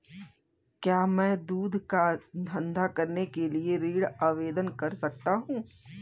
क्या मैं दूध का धंधा करने के लिए ऋण आवेदन कर सकता हूँ?